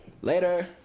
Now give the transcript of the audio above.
Later